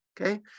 Okay